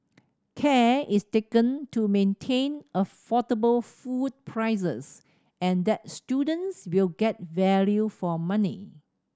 care is taken to maintain affordable food prices and that students will get value for money